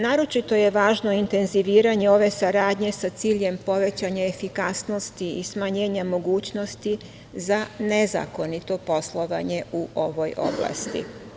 Naročito je važno intenziviranje ove saradnje sa ciljem povećanja efikasnosti i smanjenja mogućnosti za nezakonito poslovanje u ovoj oblasti.